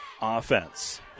offense